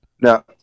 now